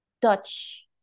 Dutch